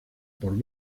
por